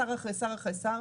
שר אחרי שר אחרי שר.